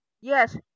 Yes